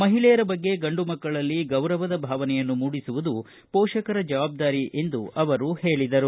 ಮಹಿಳೆಯರ ಬಗ್ಗೆ ಗಂಡು ಮಕ್ಕಳಲ್ಲಿ ಗೌರವದ ಭಾವನೆಯನ್ನು ಮೂಡಿಸುವುದು ಪೋಷಕರ ಜವಾಬ್ದಾರಿ ಎಂದು ಅವರು ಹೇಳಿದರು